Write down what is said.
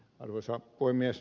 arvoisa puhemies